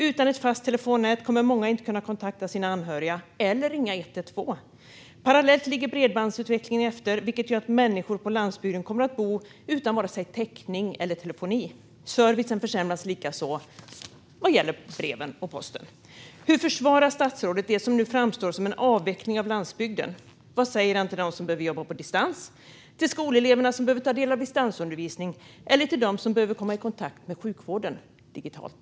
Utan ett fast telefonnät kommer många inte att kunna kontakta sina anhöriga eller ringa 112. Parallellt ligger bredbandsutvecklingen efter, vilket gör att människor på landsbygden kommer att bo utan vare sig täckning eller telefoni. Likaså försämras servicen vad gäller breven och posten. Hur försvarar statsrådet det som nu framstår som en avveckling av landsbygden? Vad säger han till dem som behöver jobba på distans, till skoleleverna som behöver ta del av distansundervisning eller till dem som behöver komma i kontakt med sjukvården digitalt?